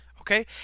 okay